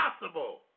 impossible